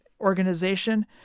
organization